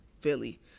Philly